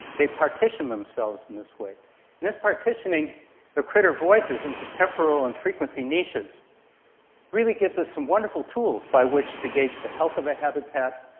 they partition themselves in this way, and this partitioning of critter voices into temporal and frequency niches really gives us some wonderful tools by which to gauge the health of a habitat.